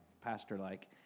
pastor-like